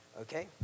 Okay